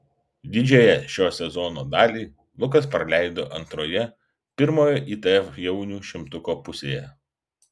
didžiąją šio sezono dalį lukas praleido antroje pirmo itf jaunių šimtuko pusėje